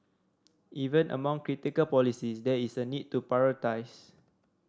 even among critical policies there is a need to prioritise